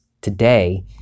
today